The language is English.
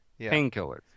Painkillers